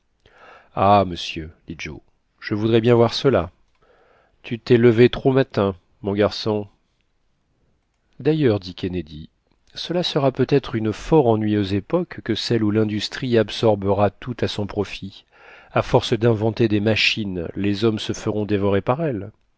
ah monsieur dit joe je voudrais bien voir cela tu t'es levé trop matin mon garçon dailleurs dit kennedy cela sera peut-être une fort ennuyeuse époque que celle où l'industrie absorbera tout à son profit a force d'inventer des machines les hommes se feront dévorer par elles